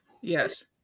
Yes